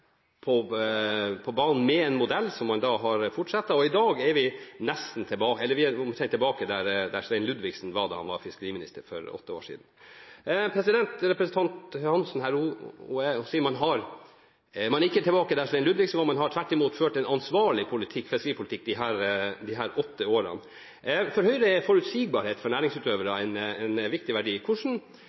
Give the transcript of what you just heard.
man på banen med en modell som man har fortsatt med, og i dag er vi omtrent tilbake der Svein Ludvigsen var da han var fiskeriminister for åtte år siden. Representanten Hansen sier at man ikke er tilbake der Svein Ludvigsen var, men at man tvert imot har ført en ansvarlig fiskeripolitikk i disse åtte årene. For Høyre er forutsigbarhet for næringsutøvere en viktig verdi.